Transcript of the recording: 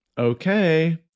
Okay